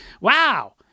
Wow